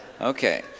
Okay